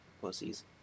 pussies